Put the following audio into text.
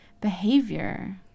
behavior